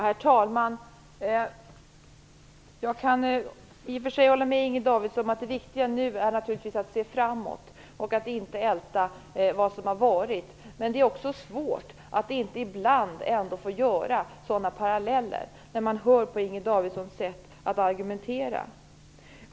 Herr talman! Jag kan i och för sig hålla med Inger Davidson om att det viktiga nu är att se framåt och att inte älta vad som har varit. Men det är svårt att inte dra sådana paralleller när man hör Inger Davidsons sätt att argumentera.